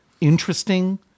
interesting